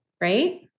right